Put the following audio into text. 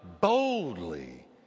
boldly